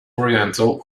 oriental